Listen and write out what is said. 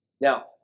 Now